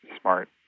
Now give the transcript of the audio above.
smart